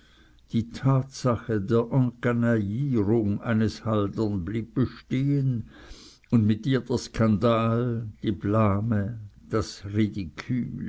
die tatsache der encanaillierung eines haldern blieb bestehen und mit ihr der skandal die blme das